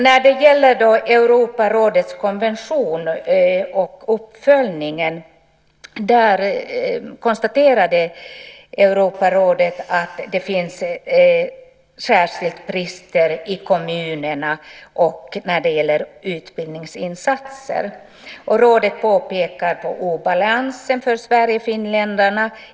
När det gäller Europarådets konvention och uppföljningen konstaterade Europarådet att det finns brister särskilt i kommunerna och när det gäller utbildningsinsatser. Rådet pekar på obalansen för sverigefinländarna.